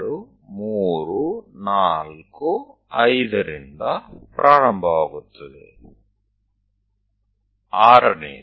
તો A 1 2 3 4 5 અને છઠ્ઠું ફરી B છે